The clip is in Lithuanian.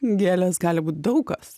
gėlės gali būti daug kas